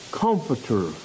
comforter